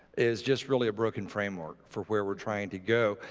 it's just really a broken framework for where we're trying to go.